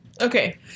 Okay